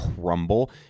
crumble